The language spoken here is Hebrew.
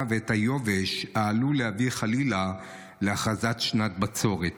ואת היובש העלול להביא חלילה להכרזה על שנת בצורת.